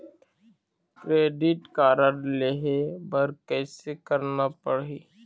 Credit card लेहे बर कैसे करना पड़ही?